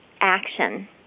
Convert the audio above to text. action